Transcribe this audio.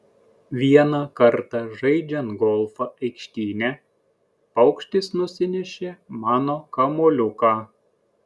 vieną kartą žaidžiant golfą aikštyne paukštis nusinešė mano kamuoliuką